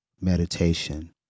meditation